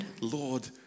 Lord